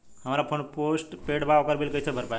हमार phone postpaid बा ओकर बिल कईसे भर पाएम?